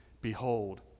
behold